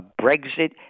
Brexit